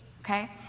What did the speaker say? Okay